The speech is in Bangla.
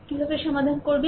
কীভাবে সমাধান করবেন